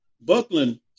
Buckland